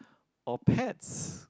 or pets